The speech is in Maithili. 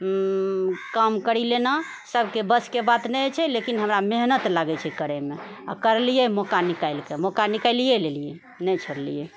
काम करि लेना सबके वशके बात नहि होइ छै लेकिन हमरा मेहनत लगै छै करैमे आओर करलियै मौका निकालि कऽ मौका निकालिये लेलिऐ नहि छोड़लियै